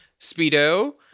speedo